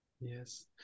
Yes